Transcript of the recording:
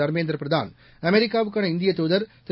தர்மேந்திர பிரதாள் அமெரிக்காவுக்கான இந்திய தூதர் திரு